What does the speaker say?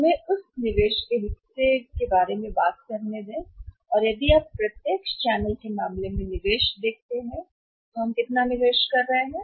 तो हमें दें उस हिस्से के निवेश के हिस्से के बारे में बात करें और यदि आप प्रत्यक्ष चैनल के मामले में निवेश देखते हैं हम कितना निवेश कर रहे हैं